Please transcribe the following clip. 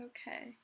Okay